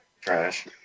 trash